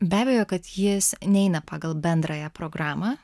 be abejo kad jis neina pagal bendrąją programą